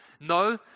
No